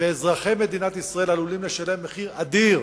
ואזרחי מדינת ישראל עלולים לשלם מחיר אדיר,